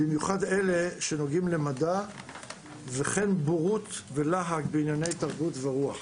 במיוחד אלה שנוגעים למדע וכן בורות ולהג בענייני תרבות ורוח.